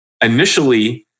initially